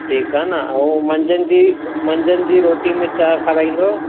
ठीकु आ्हे न ऐं मंझंदि जी मंझंदि जी रोटीअ में छा खाराईंदव